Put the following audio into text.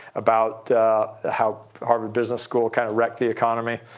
about how harvard business school kind of wrecked the economy.